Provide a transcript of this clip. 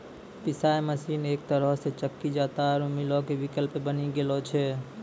पिशाय मशीन एक तरहो से चक्की जांता आरु मीलो के विकल्प बनी गेलो छै